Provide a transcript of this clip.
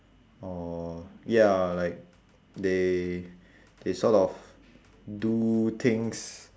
or ya like they they sort of do things